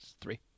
three